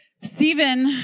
Stephen